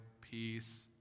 peace